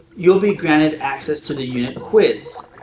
you will be granted access to the unit quiz.